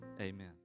Amen